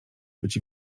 być